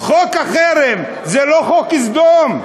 חוק החרם זה לא חוק סדום?